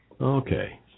Okay